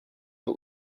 but